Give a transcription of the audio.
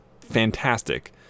fantastic